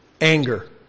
anger